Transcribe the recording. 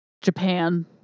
japan